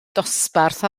dosbarth